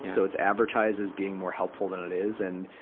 so it's advertised as being more helpful than it is. and,